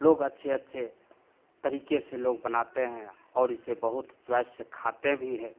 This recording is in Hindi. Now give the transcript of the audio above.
लोग अच्छे अच्छे तरीक़े से लोग बनाते हैं और इसे बहुत चॉइस से खाते भी हैं